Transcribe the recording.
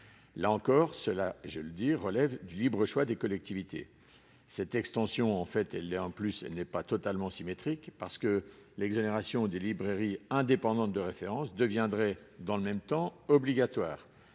là encore, cela je le dis, relève du libre choix des collectivités cette extension en fait, elle est en plus ce n'est pas totalement symétrique parce que l'exonération des librairies indépendantes de référence deviendrait dans le même temps, obligatoires,